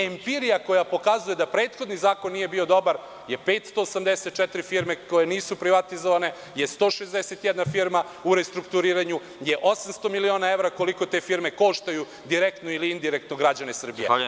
Empirija koja pokazuje da prethodni zakon nije bio dobar je 584 firme koje nisu privatizovane, je 161 firma u restrukturiranju, je 800 miliona evra, koliko te firme koštaju direktno ili indirektno građane Srbije.